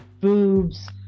boobs